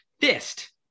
Fist